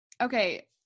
Okay